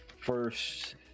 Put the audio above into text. first